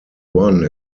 one